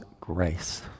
grace